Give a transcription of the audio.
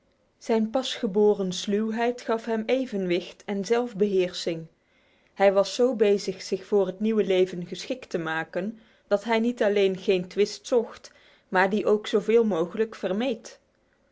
zijn pasgeboren sluwheid gaf hem evenwicht en zelfbeheersing hij was zo bezig zich voor het nieuwe leven geschikt te maken dat hij niet alleen geen twist zocht maar die ook zoveel mogelijk vermeed